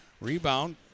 Rebound